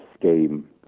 Scheme